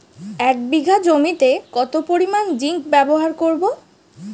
এক বিঘা জমিতে কত পরিমান জিংক ব্যবহার করব?